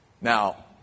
Now